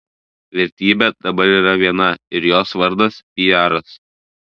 vertybė dabar yra viena ir jos vardas piaras